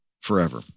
forever